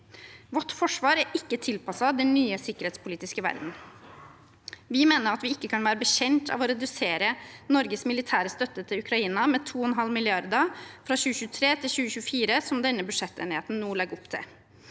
Vårt forsvar er ikke tilpasset den nye sikkerhetspolitiske verdenen. Vi mener at vi ikke kan være bekjent av å redusere Norges militære støtte til Ukraina med 2,5 mrd. kr fra 2023 til 2024, slik denne budsjettenigheten nå legger opp til.